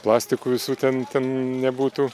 plastikų visų ten ten nebūtų